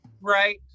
Right